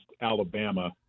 Alabama